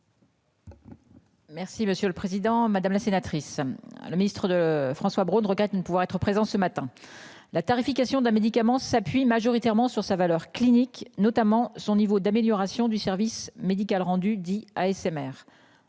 Merci monsieur le président, madame la sénatrice. Le Ministre de François Braun regrette de ne pouvoir être présent ce matin la tarification d'un médicament s'appuient majoritairement sur sa valeur clinique notamment son niveau d'amélioration du service médical rendu dit à SMR,